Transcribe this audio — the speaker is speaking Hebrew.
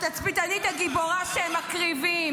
התצפיתנית הגיבורה שהם מקריבים.